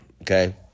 okay